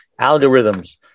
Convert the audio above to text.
algorithms